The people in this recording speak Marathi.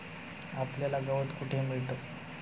आपल्याला गवत कुठे मिळतं?